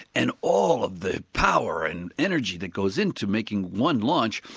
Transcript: and all of the power and energy that goes into making one launch,